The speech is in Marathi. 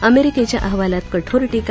अमेरिकेच्या अहवालात कठोर टीका